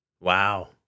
Wow